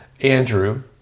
Andrew